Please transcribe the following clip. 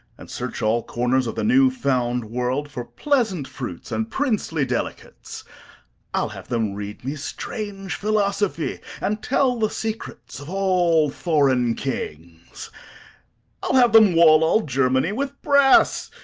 and search all corners of the new-found world for pleasant fruits and princely delicates i'll have them read me strange philosophy, and tell the secrets of all foreign kings i'll have them wall all germany with brass,